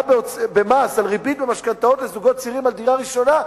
במס על ריבית של המשכנתאות לזוגות צעירים על דירה ראשונה,